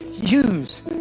use